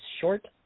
short